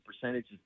percentages